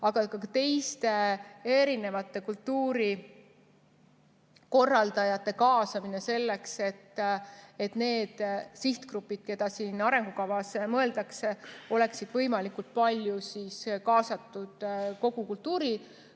Aga ka teisi kultuurikorraldajaid kaasatakse, selleks et need sihtgrupid, keda siin arengukavas mõeldakse, oleksid võimalikult palju kaasatud kogu kultuuriellu.